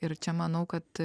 ir čia manau kad